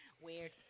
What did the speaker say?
Weird